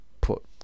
Put